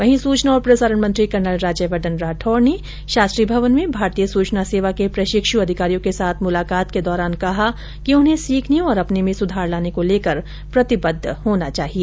वहीं सूचना और प्रसारण मंत्री कर्नल राज्यवर्धन राठौड़ ने शास्त्री भवन में भारतीय सूचना सेवा के प्रशिक्षु अधिकारियों के साथ मुलाकात के दौरान कहा कि उन्हें सीखने और अपने में सुधार लाने को लेकर प्रतिबद्व होना चाहिए